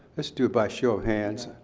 let's do it by show of hands.